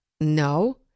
No